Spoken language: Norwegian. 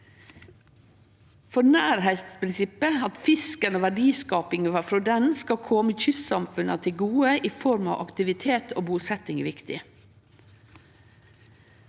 For nærleiksprinsippet, at fisken og verdiskapinga frå han skal kome kystsamfunna til gode i form av aktivitet og busetjing, er viktig.